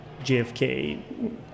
JFK